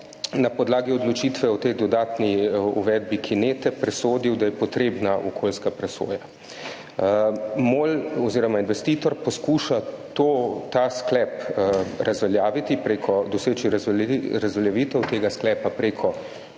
na podlagi odločitve o tej dodatni uvedbi kinete presodil, da je potrebna okolijska presoja. MOL oziroma investitor poskuša to, ta sklep razveljaviti preko, doseči razveljavitev tega sklepa preko